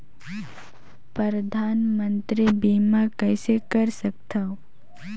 परधानमंतरी बीमा कइसे कर सकथव?